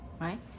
right